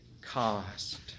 cost